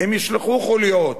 הם ישלחו חוליות,